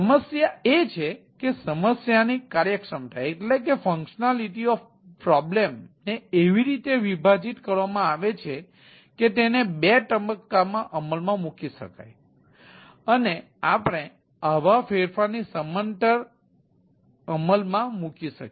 સમસ્યા એ છે કે સમસ્યાની કાર્યક્ષમતા ને એવી રીતે વિભાજિત કરવામાં આવે છે કે તેને બે તબક્કામાં અમલમાં મૂકી શકાય અને આપણે આવા ફેરફારની સમાંતર અમલમાં મૂકી શકીએ